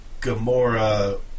Gamora